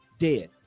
dead